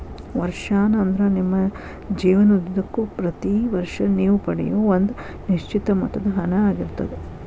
ವರ್ಷಾಶನ ಅಂದ್ರ ನಿಮ್ಮ ಜೇವನದುದ್ದಕ್ಕೂ ಪ್ರತಿ ವರ್ಷ ನೇವು ಪಡೆಯೂ ಒಂದ ನಿಶ್ಚಿತ ಮೊತ್ತದ ಹಣ ಆಗಿರ್ತದ